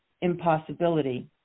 impossibility